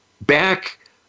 back